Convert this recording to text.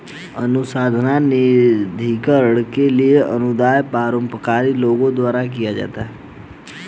अनुसंधान निधिकरण के लिए अनुदान परोपकारी लोगों द्वारा दिया जाता है